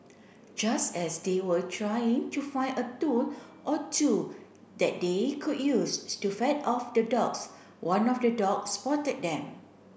just as they were trying to find a tool or two that they could use to fend off the dogs one of the dogs spotted them